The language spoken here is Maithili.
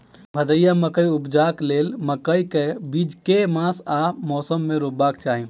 भदैया मकई उपजेबाक लेल मकई केँ बीज केँ मास आ मौसम मे रोपबाक चाहि?